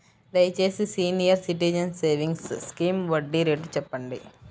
దయచేసి senior citizens savings scheme వడ్డీ rate చెప్పండి